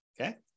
Okay